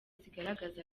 zigaragaza